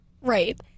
Right